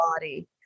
body